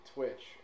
Twitch